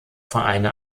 vereine